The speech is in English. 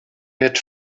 had